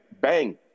bang